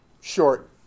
short